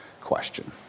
question